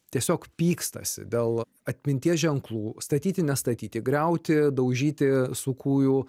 tiesiog pykstasi dėl atminties ženklų statyti ne statyti griauti daužyti su kūju